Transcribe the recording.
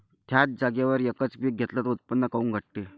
थ्याच जागेवर यकच पीक घेतलं त उत्पन्न काऊन घटते?